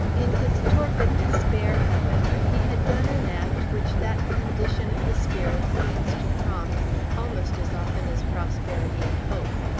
in his torpid despair, however, he had done an act which that condition of the spirit seems to prompt almost as often as prosperity and hope.